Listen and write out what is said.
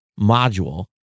module